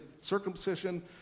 circumcision